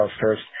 first